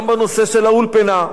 גם בנושא של האולפנה.